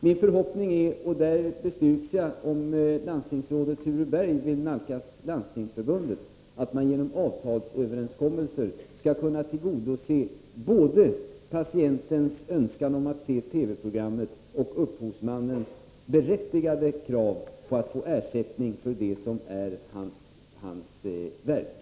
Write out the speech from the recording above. Min förhoppning är — och jag styrks i den om landstingsrådet Ture Berg vill nalkas Landstingsförbundet — att man genom avtalsöverenskommelser skall kunna tillgodose både patientens önskan om att se TV-programmet och upphovsmannens berättigade krav på att få ersättning för det som är hans verk.